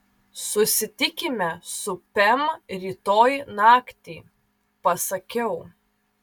susitikime su pem rytoj naktį pasakiau